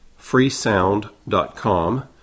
freesound.com